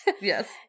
Yes